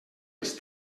els